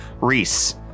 Reese